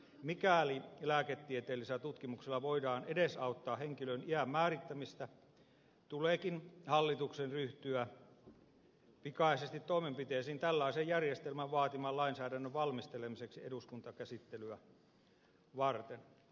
mikäli lääketieteellisellä tutkimuksella voidaan edesauttaa henkilön iän määrittämistä tuleekin hallituksen ryhtyä pikaisesti toimenpiteisiin tällaisen järjestelmän vaatiman lainsäädännön valmistelemiseksi eduskuntakäsittelyä varten